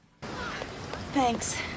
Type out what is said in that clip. Thanks